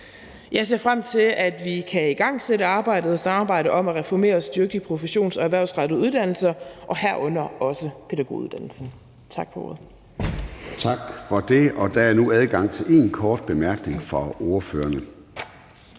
Jeg ser frem til, at vi kan igangsætte arbejdet og samarbejdet om at reformere og styrke de professions- og erhvervsrettede uddannelser, herunder også pædagoguddannelsen. Tak for ordet.